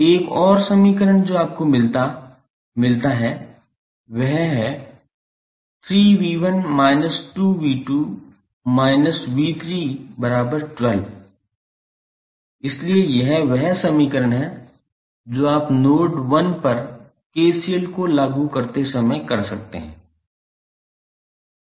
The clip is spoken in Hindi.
एक और समीकरण जो आपको मिलता है वह है 3𝑉1−2𝑉2−𝑉312 इसलिए यह वह समीकरण है जो आप नोड 1 पर KCL को लागू करते समय कर सकते हैं